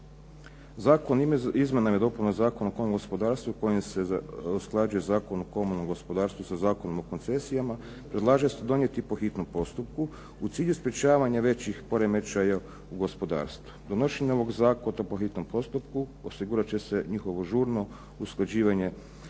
Zakon o izmjenama i dopunama Zakona o komunalnom gospodarstvu kojim se usklađuje Zakon o komunalnom gospodarstvu sa Zakonom o koncesijama predlaže se donijeti po hitnom postupku u cilju sprječavanja većih poremećaja u gospodarstvu. Donošenjem ovog zakona po hitnom postupku osigurat će se njihovo žurno usklađivanje